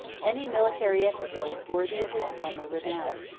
any military exploits worthy of his former renown.